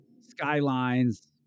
Skylines